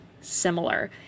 similar